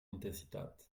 intensitat